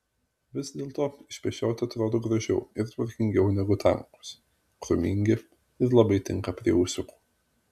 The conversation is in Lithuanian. vis dėlto išpešioti atrodo gražiau ir tvarkingiau negu tankūs krūmingi ir labai tinka prie ūsiukų